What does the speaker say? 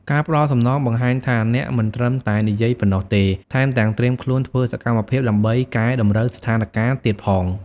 ការផ្តល់សំណងបង្ហាញថាអ្នកមិនត្រឹមតែនិយាយប៉ុណ្ណោះទេ ថែមទាំងត្រៀមខ្លួនធ្វើសកម្មភាពដើម្បីកែតម្រូវស្ថានការណ៍ទៀតផង។